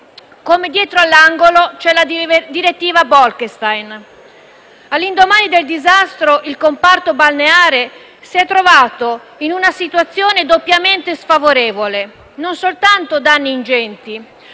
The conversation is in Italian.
come dietro l'angolo c'è la direttiva Bolkestein. All'indomani del disastro, il comparto balneare si è trovato in una situazione doppiamente sfavorevole. Non soltanto danni ingenti